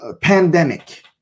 Pandemic